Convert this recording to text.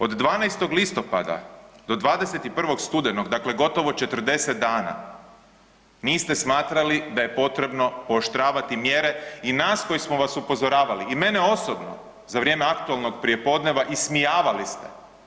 Od 12. listopada do 21. studenog, dakle gotovo 40 dana niste smatrali da je potrebno pooštravati mjere i nas koji smo vas upozoravali i mene osobno za vrijeme aktualnog prijepodneva ismijavali ste.